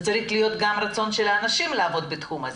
זה צריך להיות גם רצון של האנשים לעבוד בתחום הזה.